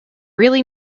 really